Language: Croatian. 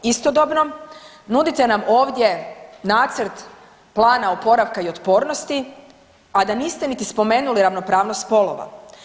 Istodobno, nudite nam ovdje nacrt plana oporavka i otpornosti a da niste niti spomenuli ravnopravnost spolova.